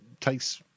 takes